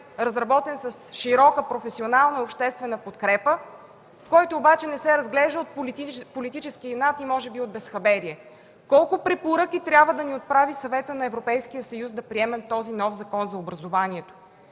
разработен с широка професионална и обществена подкрепа, който обаче не се разглежда от политически инат и може би от безхаберие. Колко препоръки трябва да ни отправи Съветът на Европейския съюз да приемем този нов Закон за образованието?